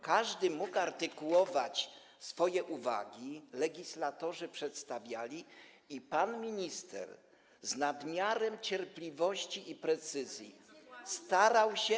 Każdy mógł artykułować swoje uwagi, legislatorzy to przedstawiali i pan minister z nadmiarem cierpliwości i precyzji starał się.